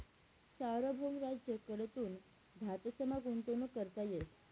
सार्वभौम राज्य कडथून धातसमा गुंतवणूक करता येस